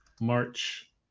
March